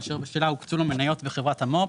אשר בשלה הוקצו לו מניות בחברת המו"פ,